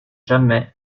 jamais